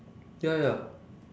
ya ya